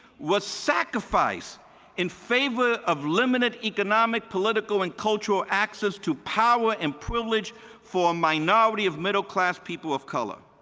was sacrificeed in favor of limited economic political and culture access to power and privilege for a minority of middle-class people of color.